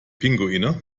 pinguine